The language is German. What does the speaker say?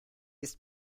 ist